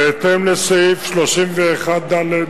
בהתאם לסעיף 31(ד)